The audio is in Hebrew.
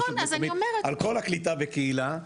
על כל הקליטה בקהילה.